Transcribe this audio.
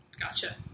gotcha